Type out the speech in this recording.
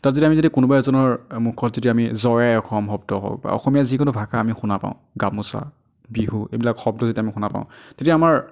তাত যদি আমি যদি কোনোবা এজনৰ মুখত যদি আমি জয় আই অসম শব্দ হওক বা অসমীয়া যিকোনো ভাষা আমি শুনা পাওঁ গামোচা বিহু এইবিলাক শব্দ যেতিয়া আমি শুনা পাওঁ তেতিয়া আমাৰ